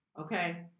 Okay